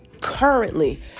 Currently